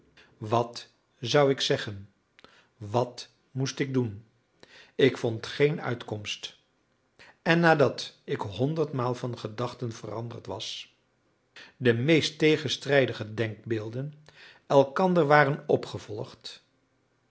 wat zou ik zeggen wat moest ik doen ik vond geen uitkomst en nadat ik honderdmaal van gedachten veranderd was de meest tegenstrijdige denkbeelden elkander waren opgevolgd